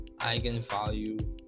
eigenvalue